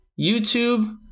YouTube